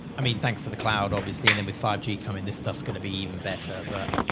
i mean, thanks to the cloud obviously, and then with five g coming, this stuff's going to be even better, but,